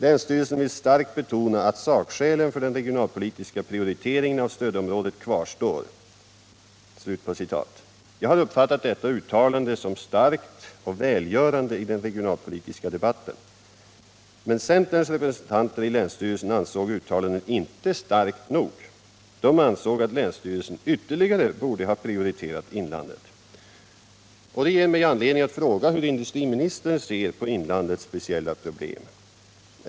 Länsstyrelsen vill starkt betona att sakskälen för den regionalpolitiska prioriteringen av stödområdet kvarstår.” Jag har uppfattat detta uttalande som starkt och välgörande i den regionalpolitiska debatten. Men centerns representanter i länsstyrelsen ansåg uttalandet inte starkt nog. De ansåg att länsstyrelsen ytterligare borde ha prioriterat inlandet. Det ger mig anledning att fråga hur industriministern ser på inlandets speciella problem.